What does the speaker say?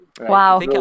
Wow